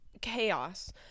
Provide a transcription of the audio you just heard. chaos